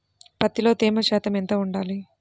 పత్తిలో తేమ శాతం ఎంత ఉండాలి?